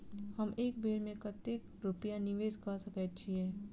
हम एक बेर मे कतेक रूपया निवेश कऽ सकैत छीयै?